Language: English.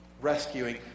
rescuing